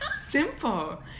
simple